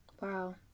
Wow